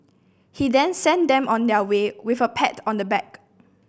he then sent them on their way with a pat on the back